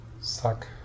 suck